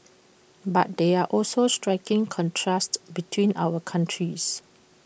but there are also striking contrasts between our countries